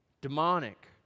demonic